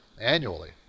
annually